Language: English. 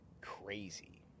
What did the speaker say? crazy